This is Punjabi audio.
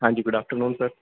ਹਾਂਜੀ ਗੁਡ ਆਫਟਰਨੂਨ ਸਰ